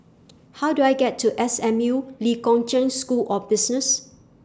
How Do I get to S M U Lee Kong Chian School of Business